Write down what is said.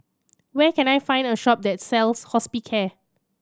where can I find a shop that sells Hospicare